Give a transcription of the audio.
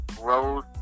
Rose